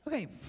Okay